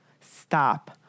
stop